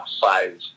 five